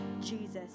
jesus